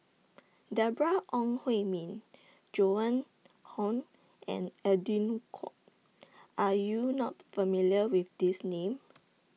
Deborah Ong Hui Min Joan Hon and Edwin Koek Are YOU not familiar with These Names